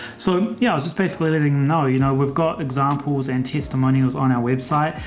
so yeah, just basically letting no. you know, we've got examples and testimonials on our website.